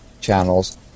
channels